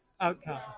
outcome